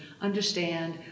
understand